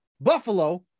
Buffalo